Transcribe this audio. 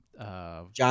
John